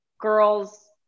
girls